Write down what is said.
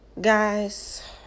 guys